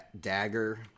Dagger